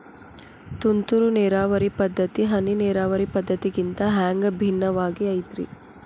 ತುಂತುರು ನೇರಾವರಿ ಪದ್ಧತಿ, ಹನಿ ನೇರಾವರಿ ಪದ್ಧತಿಗಿಂತ ಹ್ಯಾಂಗ ಭಿನ್ನವಾಗಿ ಐತ್ರಿ?